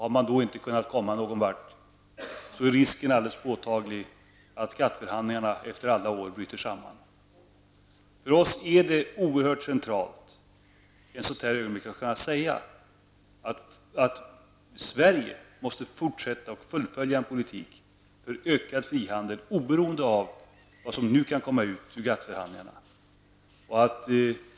Har man då inte kunnat komma någon vart, är risken alldeles påtaglig att GATT förhandlingarna efter alla dessa år bryter samman. För oss i folkpartiet är det oerhört centralt att i ett sådant här ögonblick kunna säga att Sverige måste fortsätta att fullfölja en politik för ökad frihandel oberoende av vad som nu kan komma ut av GATT förhandlingarna.